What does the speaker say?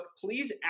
please